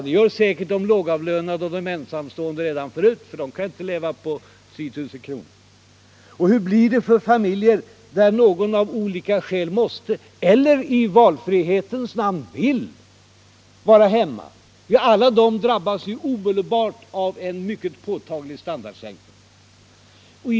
Det gör säkert de lågavlönade och de Allmänpolitisk debatt Allmänpolitisk debatt ensamstående redan förut. Och hur blir det för familjer där någon av olika skäl måste vara eller i valfrihetens namn vill vara hemma? Alla dessa drabbas ju av en omedelbar och påtaglig standardsänkning.